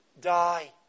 die